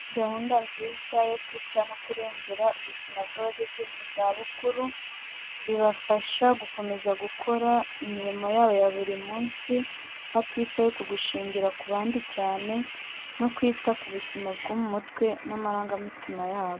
Gahunda nziza yo kwita no kurengera ubuzima bw'abageze mu zabukuru, bibafasha gukomeza gukora imirimo yabo ya buri munsi hatitawe ku gushingira ku bandi cyane, no kwita ku buzima bwo mu mutwe n'amarangamutima yabo.